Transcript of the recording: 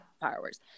fireworks